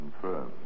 confirmed